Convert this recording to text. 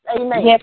Amen